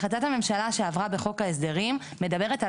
החלטת הממשלה שעברה בחוק ההסדרים מדברת על